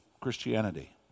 Christianity